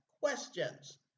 questions